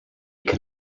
can